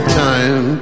time